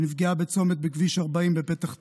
שנפגעה בצומת בכביש 40 בפתח תקווה.